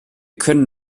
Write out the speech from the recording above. können